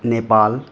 Nepal